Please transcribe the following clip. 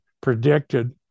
predicted